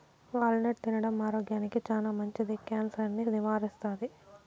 wall నట్ తినడం ఆరోగ్యానికి చానా మంచిది, క్యాన్సర్ ను నివారిస్తాది